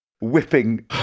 whipping